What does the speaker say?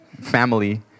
family